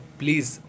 please